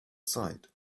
site